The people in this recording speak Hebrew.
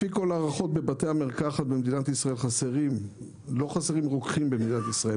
לא חסרים רוקחים במדינת ישראל.